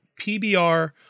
PBR